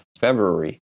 February